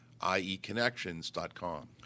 ieconnections.com